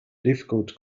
difficult